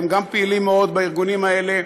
גם הם פעילים מאוד בארגונים האלה,